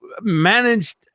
managed